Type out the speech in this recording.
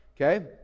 Okay